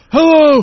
Hello